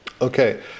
Okay